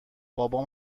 بابام